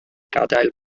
gadael